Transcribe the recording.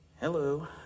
hello